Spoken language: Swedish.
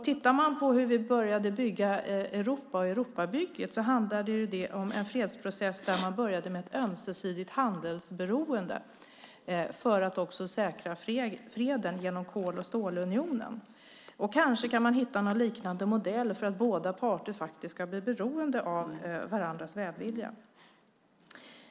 Tittar vi på hur man började bygga Europa, Europabygget, ser vi att det handlade om en fredsprocess där man började med ett ömsesidigt handelsberoende för att säkra freden genom Kol och stålunionen. Kanske kan man hitta någon liknande modell för att båda parter ska bli beroende av varandras välvilja.